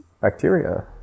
bacteria